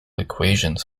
equations